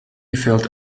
felt